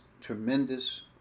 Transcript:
tremendous